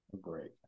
Great